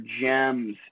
gems